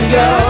go